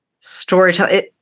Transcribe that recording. storytelling